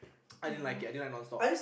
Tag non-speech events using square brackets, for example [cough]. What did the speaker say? [noise] I didn't like it I didn't like non stop